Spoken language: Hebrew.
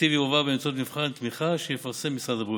התקציב יועבר באמצעות מבחן תמיכה שיפרסם משרד הבריאות.